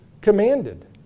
commanded